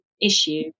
issue